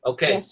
Okay